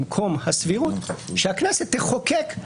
במקום הסבירות שהכנסת תחוקק,